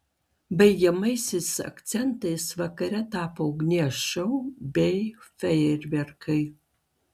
baigiamaisiais akcentais vakare tapo ugnies šou bei fejerverkai